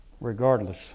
Regardless